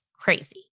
crazy